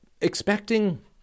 expecting